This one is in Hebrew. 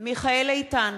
בילסקי,